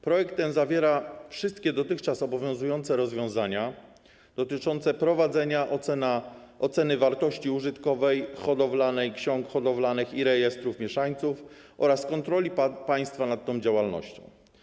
Projekt ten zawiera wszystkie dotychczas obowiązujące rozwiązania dotyczące prowadzenia oceny wartości użytkowej i hodowlanej, ksiąg hodowlanych i rejestrów mieszańców oraz kontroli państwa nad tą działalnością.